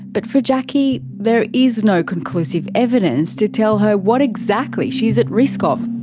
but for jacki there is no conclusive evidence to tell her what exactly she's at risk of.